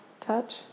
touch